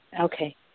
Okay